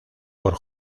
por